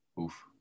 Oof